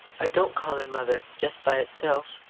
i don't call her mother just by itself,